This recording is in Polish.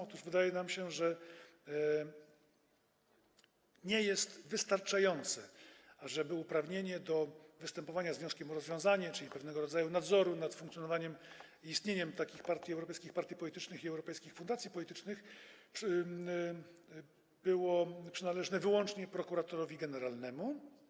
Otóż wydaje nam się, że nie jest wystarczające, ażeby uprawnienie do występowania z wnioskiem o rozwiązanie, czyli pewnego rodzaju nadzoru nad funkcjonowaniem i istnieniem europejskich partii politycznych i europejskich fundacji politycznych, było przynależne wyłącznie prokuratorowi generalnemu.